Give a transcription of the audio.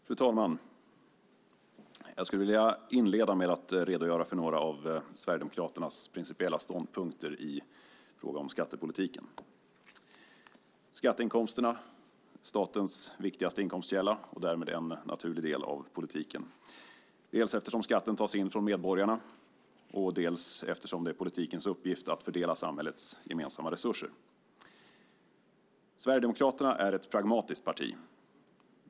Fru talman! Jag skulle vilja inleda med att redogöra för några av Sverigedemokraternas principiella ståndpunkter i fråga om skattepolitiken. Skatteinkomsterna är statens viktigaste inkomstkälla och därmed en naturlig del av politiken, dels eftersom skatten tas in från medborgarna, dels eftersom det är politikens uppgift att fördela samhällets gemensamma resurser. Sverigedemokraterna är ett pragmatiskt parti.